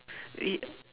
it